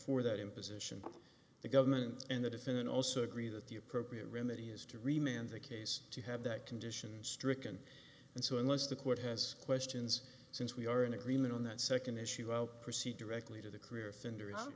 for that imposition the government and the defendant also agree that the appropriate remedy is to remain on the case to have that condition stricken and so unless the court has questions since we are in agreement on that second issue of proceed directly to the career thunder